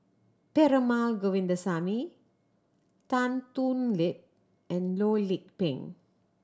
Perumal Govindaswamy Tan Thoon Lip and Loh Lik Peng